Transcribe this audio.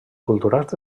culturals